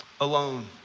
alone